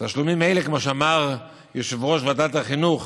תשלומים אלה, כמו שאמר יושב-ראש ועדת החינוך